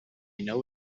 know